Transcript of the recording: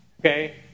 Okay